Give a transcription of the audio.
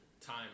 Time